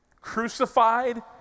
crucified